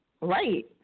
Right